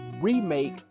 remake